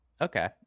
Okay